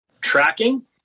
tracking